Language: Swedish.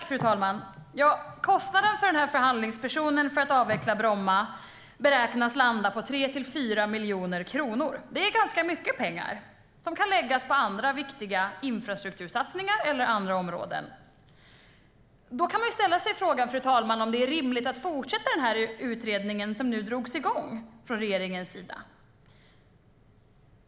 Fru talman! Kostnaden för förhandlingspersonen för att avveckla Bromma beräknas landa på 3-4 miljoner kronor. Det är ganska mycket pengar, som kan läggas på andra viktiga infrastruktursatsningar eller andra områden. Är det rimligt att fortsätta utredningen som regeringen drog igång?